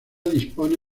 dispone